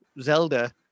Zelda